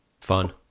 fun